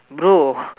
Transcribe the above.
bro